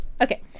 Okay